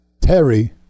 Terry